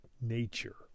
nature